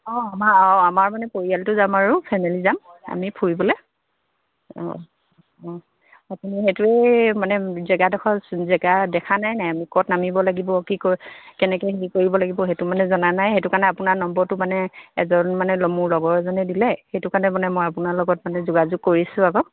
অঁ আমাৰ অঁ আমাৰ মানে পৰিয়ালটো যাম আৰু ফেমেলি যাম আমি ফুৰিবলৈ অঁ অঁ আপুনি সেইটোৱে মানে জেগাডোখৰ জেগা দেখা নাইনে আমি ক'ত নামিব লাগিব কি কৰ কেনেকৈ হেৰি কৰিব লাগিব সেইটো মানে জনা নাই সেইটো কাৰণে আপোনাৰ নম্বৰটো মানে এজন মানে মোৰ লগৰ এজনে দিলে সেইটো কাৰণে মানে মই আপোনাৰ লগত মানে যোগাযোগ কৰিছোঁ আকৌ